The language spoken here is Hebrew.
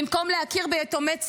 במקום להכיר ביתומי צה"ל,